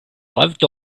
lived